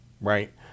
right